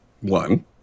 one